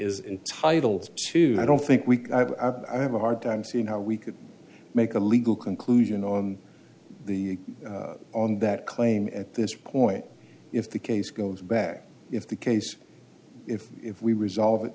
is entitled to i don't think we have a hard time seeing how we could make a legal conclusion on the on that claim at this point if the case goes back if the case if if we resolve it